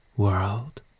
world